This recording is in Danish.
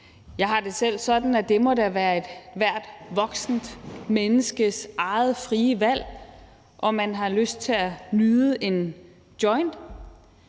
Jeg har det selv sådan, at det må da være ethvert voksent menneskes eget frie valg, om man har lyst til at nyde en joint.